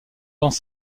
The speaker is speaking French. dans